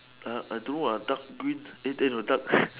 err I do ah dark green eh then the dark